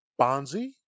Bonzi